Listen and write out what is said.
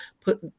put